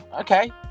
okay